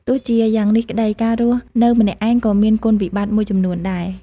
ទោះជាយ៉ាងនេះក្ដី ការរស់នៅម្នាក់ឯងក៏មានគុណវិបត្តិមួយចំនួនដែរ។